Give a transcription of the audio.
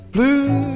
Blue